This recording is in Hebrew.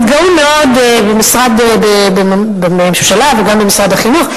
התגאו מאוד בממשלה וגם במשרד החינוך,